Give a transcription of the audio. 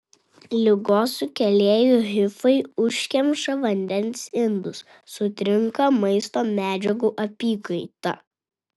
ligos sukėlėjų hifai užkemša vandens indus sutrinka maisto medžiagų apykaita